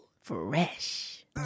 Fresh